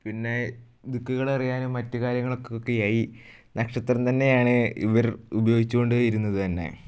പിന്നെ ദിക്കുകളറിയാനും മറ്റു കാര്യങ്ങൾക്കൊക്കെ ആയി നക്ഷത്രം തന്നെയാണ് ഇവർ ഉപയോഗിച്ചുകൊണ്ട് ഇരുന്നത് തന്നെ